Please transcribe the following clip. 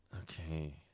Okay